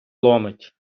ломить